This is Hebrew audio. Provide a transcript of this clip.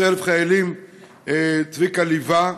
18,000 חיילים צביקה ליווה,